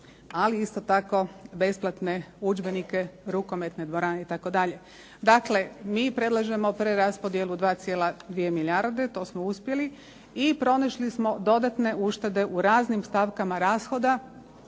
ali isto tako besplatne udžbenike, rukometne dvorane itd. Dakle, mi predlažemo preraspodjelu 2,2 milijarde. To su uspjeli i pronašli smo dodatne uštede u raznim stavkama rashoda